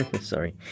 Sorry